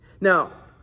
now